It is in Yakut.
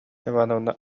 ивановна